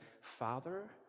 Father